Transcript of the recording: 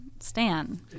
Stan